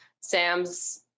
Sam's